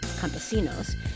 campesinos